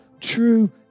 true